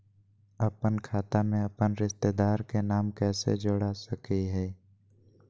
अपन खाता में अपन रिश्तेदार के नाम कैसे जोड़ा सकिए हई?